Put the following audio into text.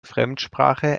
fremdsprache